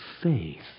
faith